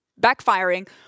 backfiring